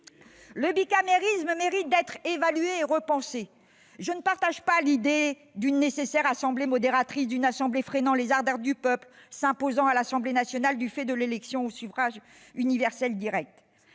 Le bicamérisme mérite d'être évalué et repensé. Je ne partage pas l'idée d'une nécessaire assemblée modératrice, d'une assemblée freinant les ardeurs du peuple, s'imposant à l'Assemblée nationale du fait de l'élection au suffrage universel direct.